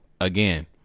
again